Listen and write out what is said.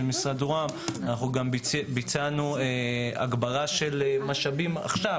משרד רה"מ ביצענו גם הגברה של משאבים עכשיו,